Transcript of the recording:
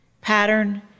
pattern